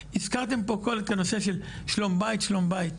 הזכרתם פה קודם את הנושא של שלום בית שלום בית.